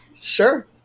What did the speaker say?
Sure